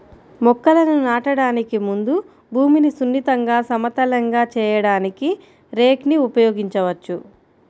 మొక్కలను నాటడానికి ముందు భూమిని సున్నితంగా, సమతలంగా చేయడానికి రేక్ ని ఉపయోగించవచ్చు